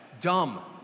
Dumb